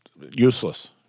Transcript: useless